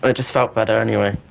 ah just felt better anyway.